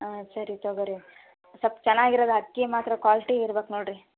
ಹಾಂ ಸರಿ ತಗೊಳ್ರಿ ಸೊಪ್ಪು ಚೆನ್ನಾಗಿರೋದು ಹಕ್ಕಿ ಮಾತ್ರ ಕ್ವಾಲ್ಟಿ ಇರ್ಬೇಕು ನೋಡಿರಿ